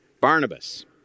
Barnabas